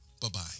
Bye-bye